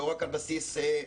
לא רק על בסיס מוצא,